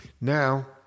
Now